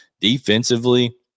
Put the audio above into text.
Defensively